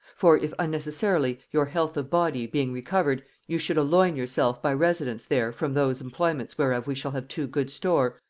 for if unnecessarily, your health of body being recovered, you should elloign yourself by residence there from those employments whereof we shall have too good store,